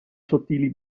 sottili